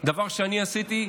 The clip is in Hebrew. דבר שאני עשיתי.